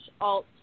alt